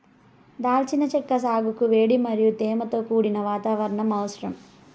దాల్చిన చెక్క సాగుకు వేడి మరియు తేమతో కూడిన వాతావరణం అవసరం